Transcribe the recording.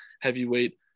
heavyweight